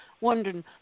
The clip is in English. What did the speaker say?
wondering